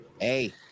Hey